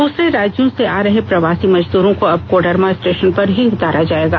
दूसरे राज्यों से आ रहे प्रवासी मजदूरों को अब कोडरमा स्टेषन पर भी उतारा जाएगा